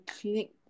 clinic